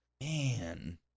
Man